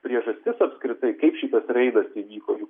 priežastis apskritai kaip šitas reidas įvyko